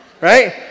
Right